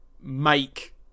make